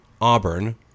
Auburn